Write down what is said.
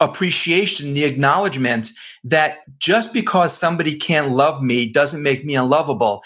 appreciation, the acknowledgement that just because somebody can't love me doesn't make me unlovable,